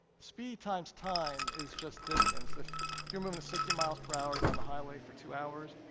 speed times time is just distance. if if you're moving at sixty miles per hour down the highway for two hours,